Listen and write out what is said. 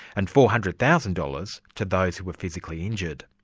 and four hundred thousand dollars to those who were physically injured.